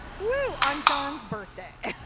whooo! on john's birthday.